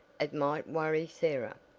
it might worry sarah.